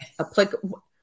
applicable